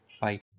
Bye